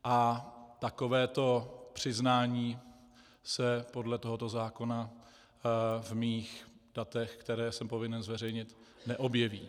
A takovéto přiznání se podle tohoto zákona v mých datech, která jsem povinen zveřejnit, neobjeví.